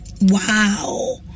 Wow